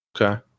Okay